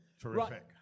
Terrific